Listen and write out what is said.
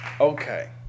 Okay